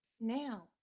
now